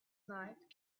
night